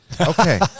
Okay